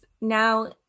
now